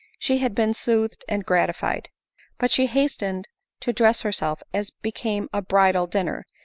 she had been soothed and gratified but she hastened to dress herself as became a bridal dinner,